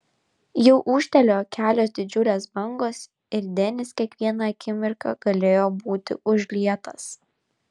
jau ūžtelėjo kelios didžiulės bangos ir denis kiekvieną akimirką galėjo būti užlietas